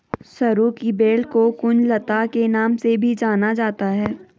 सरू की बेल को कुंज लता के नाम से भी जाना जाता है